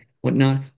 whatnot